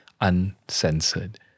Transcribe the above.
uncensored